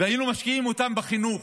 והיינו משקיעים אותם בחינוך.